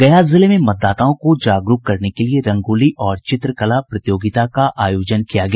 गया जिले में मतदाताओं को जागरूक करने के लिये रंगोली और चित्रकला प्रतियोगिता का आयोजन किया गया